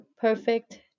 Perfect